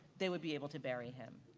they would be able to bury him.